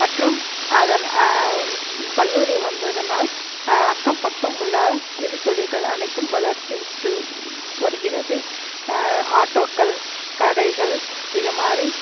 மற்றும் அதன் கல்லூரி வந்ததனால் அக்கம் பக்கம் உள்ள சிறு தொழில்கள் அனைத்தும் வளர்ச்சியுற்று வருகிறது ஆட்டோக்கள் கடைகள் இது மாதிரி